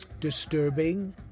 disturbing